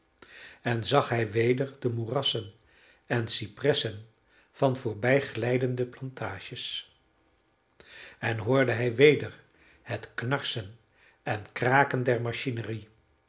en zag hij weder de moerassen en cypressen van voorbijglijdende plantages en hoorde hij weder het knarsen en kraken der